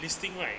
listing right